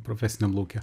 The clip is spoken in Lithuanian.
profesiniam lauke